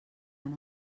van